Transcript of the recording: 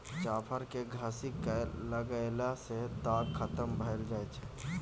जाफर केँ घसि कय लगएला सँ दाग खतम भए जाई छै